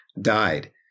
died